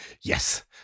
yes